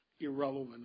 irrelevant